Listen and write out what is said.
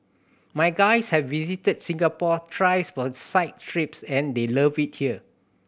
my guys have visited Singapore thrice for site trips and they loved it here